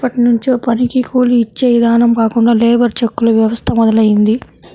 ఎప్పట్నుంచో పనికి కూలీ యిచ్చే ఇదానం కాకుండా లేబర్ చెక్కుల వ్యవస్థ మొదలయ్యింది